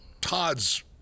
Todd's